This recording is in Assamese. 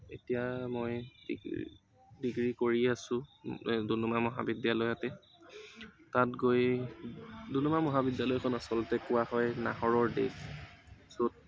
এতিয়া মই ডিগ্ৰী ডিগ্ৰী কৰি আছো ডুমডুমা মহাবিদ্যালয়তে তাত গৈ ডুমডুমা মহাবিদ্যালয়খন আচলতে কোৱা হয় নাহৰৰ দেশ য'ত